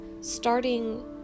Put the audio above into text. starting